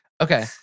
Okay